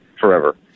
forever